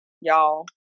Y'all